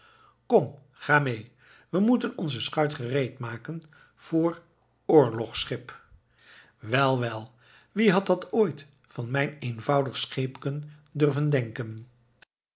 kom ga mee we moeten onze schuit gereed maken voor oorlogsschip wel wel wie had dat ooit van mijn eenvoudig scheepken durven denken